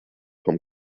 vom